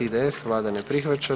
IDS, Vlada ne prihvaća.